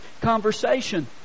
conversation